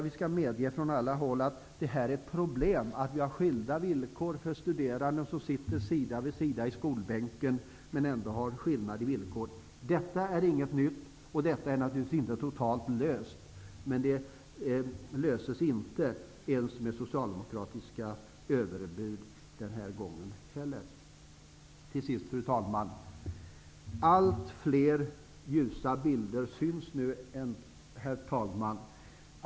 Vi måste från alla håll medge att det är ett problem att vi har olika villkor för studerande som sitter sida vid sida i skolbänken. Detta är inget nytt. Problemet är naturligtvis inte löst, men det löses inte med socialdemokratiska överbud den här gången heller. Herr talman!